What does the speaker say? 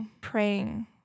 praying